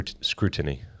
Scrutiny